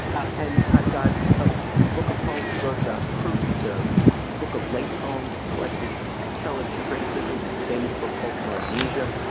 and i've got a book of poems he wrote about prue's. the so book of late poems has collected television criticism. his famous book, cultural amnesia,